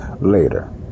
later